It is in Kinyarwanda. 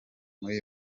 muri